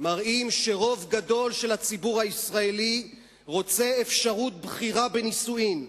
מראים שרוב גדול של הציבור הישראלי רוצה אפשרות בחירה בנישואין.